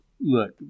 look